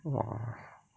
!wah!